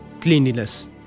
cleanliness